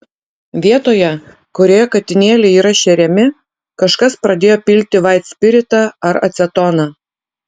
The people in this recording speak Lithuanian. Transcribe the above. vietoje kurioje katinėliai yra šeriami kažkas pradėjo pilti vaitspiritą ar acetoną